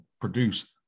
produce